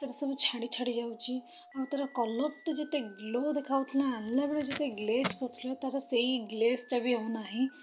ସେଟା ସବୁ ଛାଡ଼ି ଛାଡ଼ି ଯାଉଛି ଆଉ ତା'ର କଲର୍ଟା ଯେତେ ଗ୍ଲୋ ଦେଖା ହଉଥିଲା ଆଣିଲା ବେଳେ ଯେତେ ଗ୍ଲେଜ୍ କରୁଥିଲା ତାର' ସେଇ ଗ୍ଲେଜ୍ଟା ବି ଆଉ ନାହିଁ